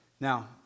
Now